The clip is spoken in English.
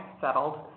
settled